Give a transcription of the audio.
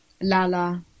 Lala